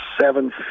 seven